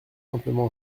simplement